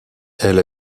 elle